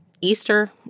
Easter